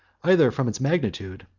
either from its magnitude,